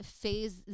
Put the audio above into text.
Phase